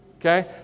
Okay